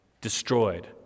destroyed